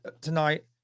tonight